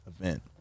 event